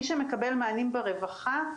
מי שמקבל מענים ברווחה,